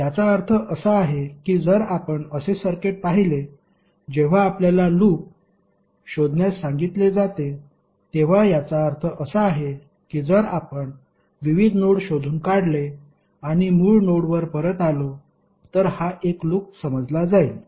याचा अर्थ असा आहे की जर आपण असे सर्किट पाहिले जेव्हा आपल्याला लूप शोधण्यास सांगितले जाते तेव्हा याचा अर्थ असा आहे की जर आपण विविध नोड शोधून काढले आणि मूळ नोडवर परत आलो तर हा एक लूप समजला जाईल